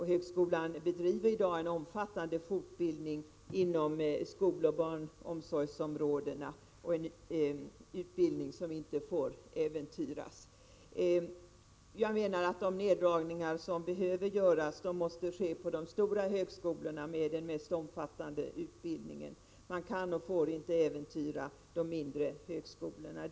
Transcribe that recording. Högskolan bedriver en omfattande fortbildning inom skoloch barnomsorgsområdena. Det är en utbildning som inte får äventyras. De neddragningar som behöver göras måste göras på de stora högskolorna med den mest omfattande utbildningen. Man får inte äventyra de mindre högskolornas verksamhet.